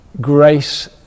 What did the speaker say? grace